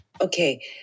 Okay